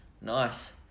Nice